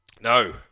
No